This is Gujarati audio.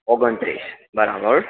ઓગણત્રીસ બરાબર